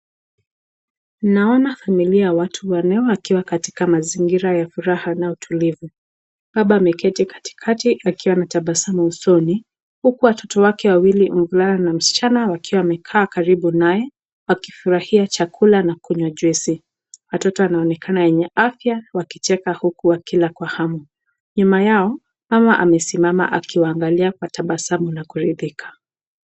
Naoana familia ya watu wanne wakiwa katika mazingira ya furaha na tulivu. Baba ameketi katikati akiwa na tabasamu usoni huku watoto wake wawili mvulana na msichana wakiwa wamekaa karibu naye wakifurahia chakula na kunywa juisi . Watoto wanaonekana wenye afya wakicheka huku wakila kwa hamu. Nyuma yao mama amesimama akiwaangalia kwa tabasamu na kuridhika.